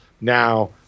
now